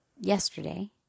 yesterday